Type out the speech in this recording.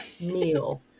meal